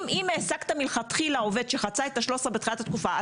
אם העסקת מלכתחילה עובד שחצה את ה-13 בתחילת התקופה,